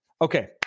Okay